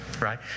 Right